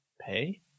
Pay